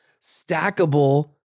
stackable